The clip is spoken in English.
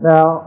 Now